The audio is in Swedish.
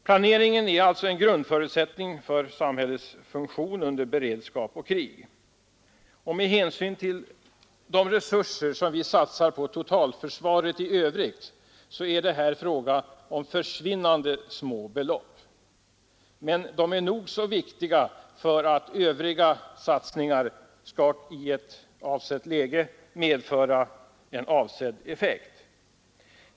Planeringen är en grundförutsättning för samhällets funktion under beredskap och krig. Med hänsyn till de resurser vi satsar på totalförsvaret i övrigt är det här fråga om försvinnande små belopp, men de är nog så viktiga för att övriga satsningar i ett visst läge skall medföra avsedd effekt.